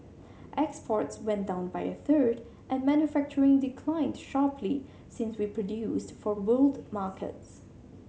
exports went down by a third and manufacturing declined sharply since we produced for world markets